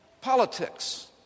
politics